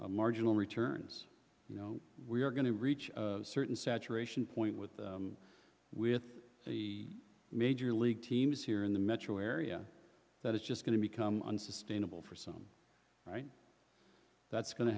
called marginal returns you know we're going to reach a certain saturation point with with the major league teams here in the metro area that it's just going to become unsustainable for some right that's going to